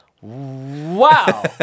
Wow